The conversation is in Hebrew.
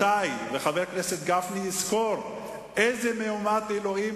האלה, למה אדוני מזכיר לקדימה דברים?